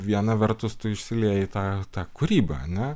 viena vertus tu išsilieji ta ta kūryba ar ne